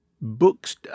Books